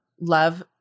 love